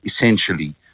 essentially